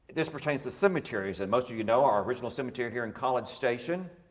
this pertains to cemeteries and most of you know, our original cemetery here in college station,